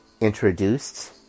introduced